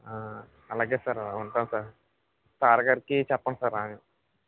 అలాగే సార్ ఉంటాను సార్ సాయిగారికి చెప్పండి సార్ ఇలాగా